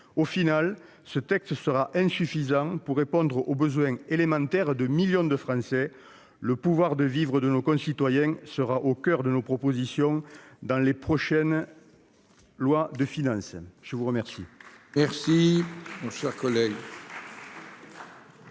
Au final, le présent texte sera insuffisant pour répondre aux besoins élémentaires de millions de Français. Le « pouvoir de vivre » de nos concitoyens sera au coeur de nos propositions dans les prochains projets de loi de finances. La parole